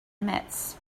emits